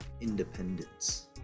independence